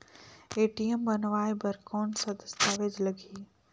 ATM बनवाय बर कौन का दस्तावेज लगही?